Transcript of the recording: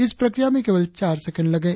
इस प्रक्रिया में केवल चार सेकेण्ड लगे